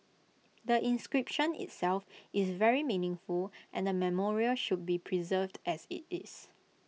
the inscription itself is very meaningful and the memorial should be preserved as IT is